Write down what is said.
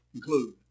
Include